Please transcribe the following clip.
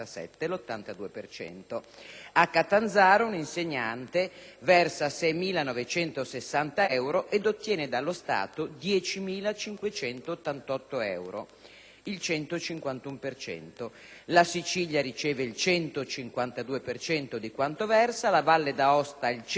A Catanzaro un insegnante versa 6.960 euro e ottiene dallo Stato 10.588 euro, il 151 per cento. La Sicilia riceve il 152 per cento di quanto versa, la Valle d'Aosta il 135